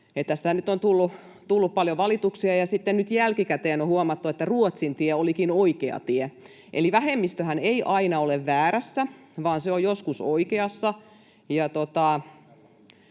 nyt on tullut paljon valituksia, ja nyt jälkikäteen on huomattu, että Ruotsin tie olikin oikea tie. Eli vähemmistöhän ei aina ole väärässä, vaan se on joskus oikeassa.